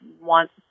want